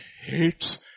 hates